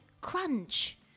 Crunch